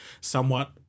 somewhat